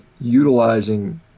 utilizing